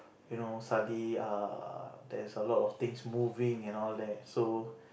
you know suddenly err there's a lot of things moving and all that so